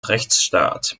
rechtsstaat